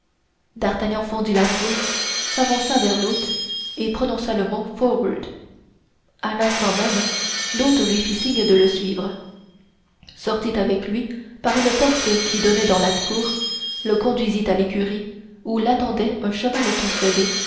d'artagnan fendit la foule s'avança vers l'hôte et prononça le mot forward à l'instant même l'hôte lui fit signe de le suivre sortit avec lui par une porte qui donnait dans la cour le conduisit à l'écurie où l'attendait un cheval